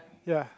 ya